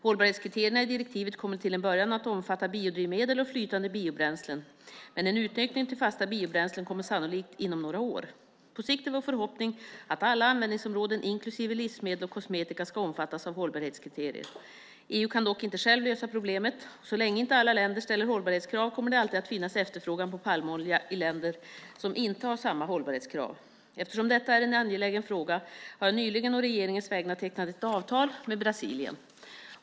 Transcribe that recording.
Hållbarhetskriterierna i direktivet kommer till en början att omfatta biodrivmedel och flytande biobränslen, men en utökning till fasta biobränslen kommer sannolikt inom några år. På sikt är vår förhoppning att alla användningsområden, inklusive livsmedel och kosmetika, ska omfattas av hållbarhetskriterier. EU kan dock inte självt lösa problemet. Så länge inte alla länder ställer hållbarhetskrav kommer det alltid att finnas efterfrågan på palmolja i länder som inte har samma hållbarhetskrav. Eftersom detta är en angelägen fråga har jag nyligen å regeringens vägnar tecknat ett avtal med Brasilien.